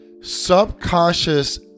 Subconscious